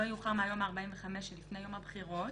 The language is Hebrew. לא יאוחר מהיום ה-45 שלפני יום הבחירות,